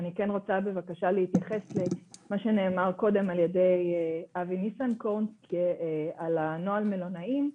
אני רוצה להתייחס למה שנאמר קודם על ידי אבי ניסנקורן על נוהל המלונאים.